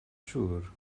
siŵr